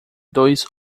dois